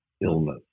illness